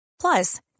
Plus